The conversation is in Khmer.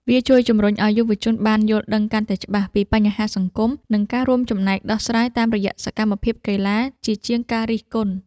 វាជួយជម្រុញឱ្យយុវជនបានយល់ដឹងកាន់តែច្បាស់ពីបញ្ហាសង្គម និងការរួមចំណែកដោះស្រាយតាមរយៈសកម្មភាពកីឡាជាជាងការរិះគន់។